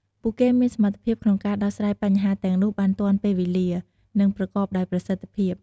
ពួកគេមានសមត្ថភាពក្នុងការដោះស្រាយបញ្ហាទាំងនោះបានទាន់ពេលវេលា និងប្រកបដោយប្រសិទ្ធភាព។